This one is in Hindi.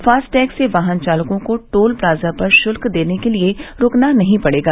फास्टैग से वाहन चालकों को टोल प्लाजा पर शुल्क देने के लिए रूकना नहीं पड़ेगा